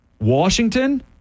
Washington